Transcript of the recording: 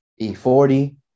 E40